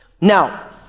Now